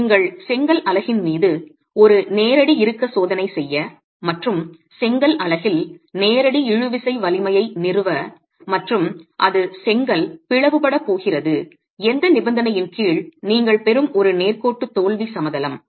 நீங்கள் செங்கல் அலகின் மீது ஒரு நேரடி இறுக்க சோதனை செய்ய மற்றும் செங்கல் அலகில் நேரடி இழுவிசை வலிமையை நிறுவ மற்றும் அது செங்கல் பிளவுபட போகிறது எந்த நிபந்தனையின் கீழ் நீங்கள் பெறும் ஒரு நேர் கோட்டு தோல்வி சமதளம்